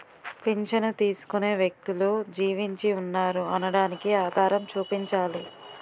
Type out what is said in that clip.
పింఛను తీసుకునే వ్యక్తులు జీవించి ఉన్నారు అనడానికి ఆధారం చూపించాలి